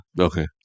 Okay